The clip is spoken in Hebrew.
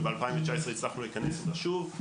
וב-2019 הצלחנו לכנס אותה שוב.